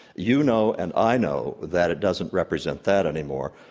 you know and i know that it doesn't represent that any more.